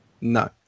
no